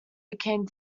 became